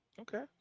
okay